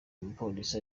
umupolisi